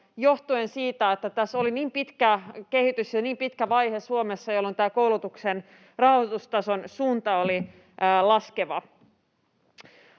johtuen siitä, että tässä oli niin pitkä kehitys ja niin pitkä vaihe Suomessa, jolloin koulutuksen rahoitustason suunta oli laskeva.